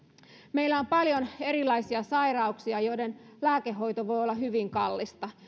meillä on paljon erilaisia sairauksia joiden lääkehoito voi olla hyvin kallista